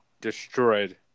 destroyed